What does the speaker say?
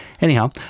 Anyhow